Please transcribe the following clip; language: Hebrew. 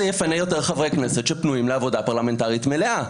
זה יפנה יותר חברי כנסת שפנויים לעבודה פרלמנטרית מלאה,